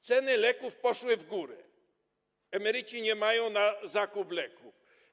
Ceny leków poszły w górę, emeryci nie mają na zakup leków.